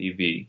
EV